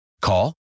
Call